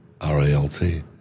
R-A-L-T